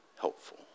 helpful